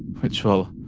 which will,